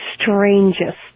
strangest